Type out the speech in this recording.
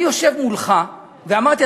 אני יושב מולך ואמרתי,